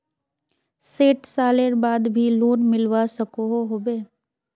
सैट सालेर बाद भी लोन मिलवा सकोहो होबे?